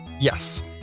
Yes